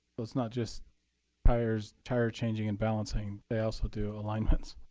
it's not just tire so tire changing and balancing. they also do alignments.